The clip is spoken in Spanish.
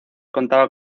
contaba